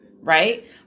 right